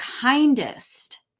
kindest